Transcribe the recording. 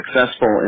successful